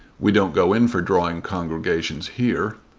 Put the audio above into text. we don't go in for drawing congregations here.